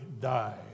die